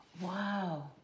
Wow